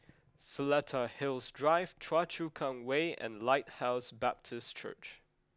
Seletar Hills Drive Choa Chu Kang Way and Lighthouse Baptist Church